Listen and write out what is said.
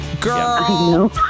Girl